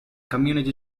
community